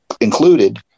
included